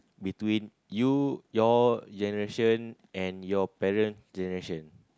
between you your generation and your parent generation